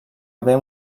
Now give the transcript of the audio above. haver